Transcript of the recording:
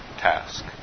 task